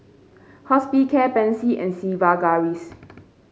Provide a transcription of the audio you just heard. Hospicare Pansy and Sigvaris